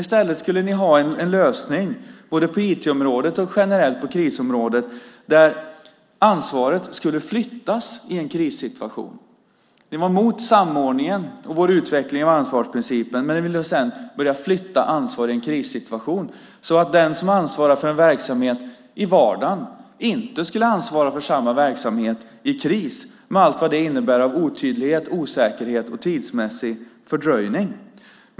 I stället skulle de ha en lösning både på IT-området och generellt på krisområdet där ansvaret i en krissituation flyttades. De var emot samordningen och vår utveckling av ansvarsprincipen. Sedan ville de flytta ansvaret i en krissituation så att den som ansvarar för en verksamhet i vardagen inte skulle ansvara för samma verksamhet i kris, med allt vad det innebär av otydlighet, osäkerhet och tidsmässig fördröjning.